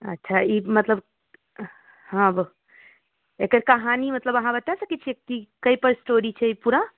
अच्छा ई मतलब हँ ब एकर कहानी मतलब अहाँ बता सकै छिए कि कथीपर स्टोरी छै पूरा